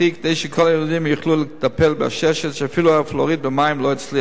כדי שכל הילדים יוכלו לטפל בעששת שאפילו הפלואוריד במים לא הצליח למנוע.